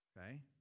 Okay